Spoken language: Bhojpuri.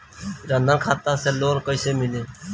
जन धन खाता से लोन कैसे मिली?